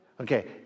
Okay